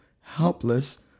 helpless